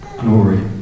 glory